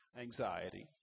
anxiety